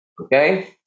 Okay